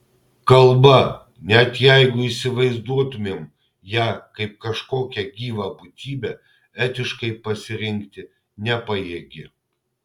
kalba net jeigu įsivaizduotumėm ją kaip kažkokią gyvą būtybę etiškai pasirinkti nepajėgi